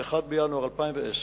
הלאומיות ביום ט"ו בכסלו התש"ע (2 בדצמבר 2009):